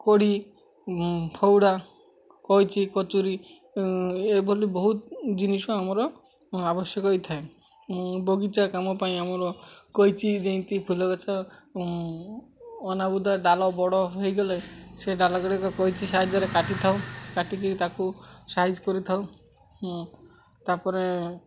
କୋଡ଼ି ଫାଉଡ଼ା କଇଚି କତୁରୀ ଏଭଳି ବହୁତ ଜିନିଷ ଆମର ଆବଶ୍ୟକ ହେଇଥାଏ ବଗିଚା କାମ ପାଇଁ ଆମର କଇଚି ଯେଏଁତି ଫୁଲ ଗଛ ଅନାବୁଦା ଡାଳ ବଡ଼ ହେଇଗଲେ ସେ ଡାଳ ଗୁଡ଼ିକ କଇଚି ସାହାଯ୍ୟରେ କାଟି ଥାଉ କାଟିକି ତାକୁ ସାଇଜ୍ କରିଥାଉ ତାପରେ